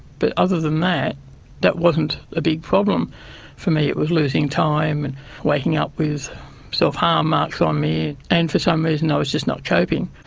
but other than that that wasn't a big problem for me, it was losing time and waking up with self-harm marks on me and for some reason i was just not coping.